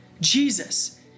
Jesus